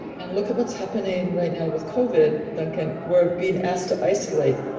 and look at what's happening right now with covid duncan, we're being asked to isolate,